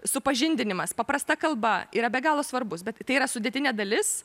supažindinimas paprasta kalba yra be galo svarbus bet tai yra sudėtinė dalis